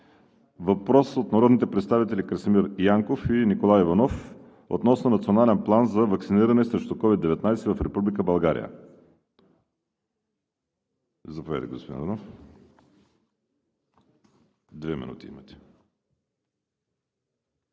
въпрос от народните представители Красимир Янков и Николай Иванов относно Национален план за ваксиниране срещу COVID-19 в Република България.